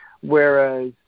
whereas